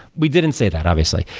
we didn't say that obviously.